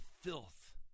filth